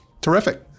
terrific